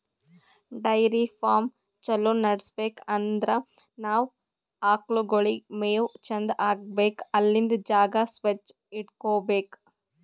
dairy farm ಛಲೋ ನಡ್ಸ್ಬೇಕ್ ಅಂದ್ರ ನಾವ್ ಆಕಳ್ಗೋಳಿಗ್ ಮೇವ್ ಚಂದ್ ಹಾಕ್ಬೇಕ್ ಅಲ್ಲಿಂದ್ ಜಾಗ ಸ್ವಚ್ಚ್ ಇಟಗೋಬೇಕ್